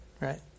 right